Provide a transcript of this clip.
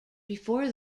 before